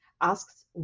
asks